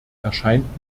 erscheint